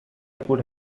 could